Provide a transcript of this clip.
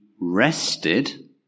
rested